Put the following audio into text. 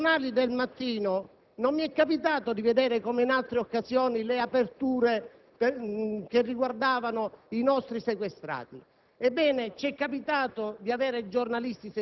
Stamani, seguendo i telegiornali del mattino, non mi è capitato di vedere, come in altre occasioni, titoli di apertura che riguardavano i nostri sequestrati.